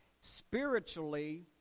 spiritually